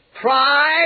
pride